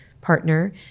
partner